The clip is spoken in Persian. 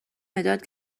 مداد